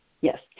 Yes